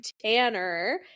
tanner